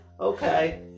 Okay